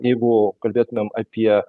jeigu kalbėtumėm apie